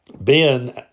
Ben